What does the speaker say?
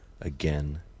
again